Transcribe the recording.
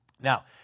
Now